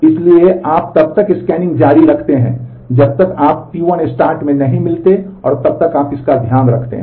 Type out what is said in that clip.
इसलिए आप तब तक स्कैनिंग जारी रखते हैं जब तक आप Ti start में नहीं मिलते हैं और तब तक आप इसका ध्यान रखते हैं